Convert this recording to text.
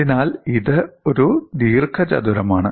അതിനാൽ ഇത് ഒരു ദീർഘചതുരമാണ്